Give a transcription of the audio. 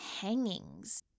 hangings